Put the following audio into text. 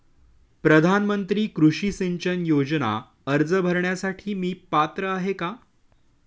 प्रधानमंत्री कृषी सिंचन योजना अर्ज भरण्यासाठी मी पात्र आहे का?